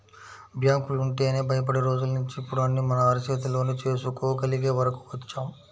బ్యాంకులంటేనే భయపడే రోజుల్నించి ఇప్పుడు అన్నీ మన అరచేతిలోనే చేసుకోగలిగే వరకు వచ్చాం